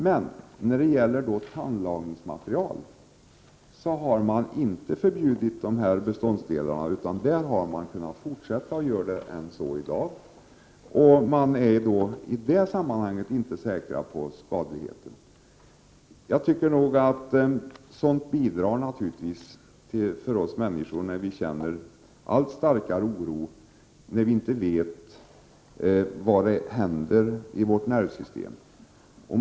Men när det gäller just tandlagningsmaterial har de här beståndsdelarna inte förbjudits, utan där har man kunnat fortsätta och gör så än i dag. I det sammanhanget är man tydligen inte säker på skadligheten! Sådant bidrar naturligtvis till att vi människor känner allt starkare oro när vi inte vet vad som händer i vårt nervsystem.